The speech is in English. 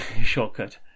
shortcut